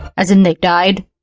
as in they died.